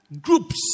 Groups